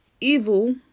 evil